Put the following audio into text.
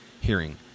hearing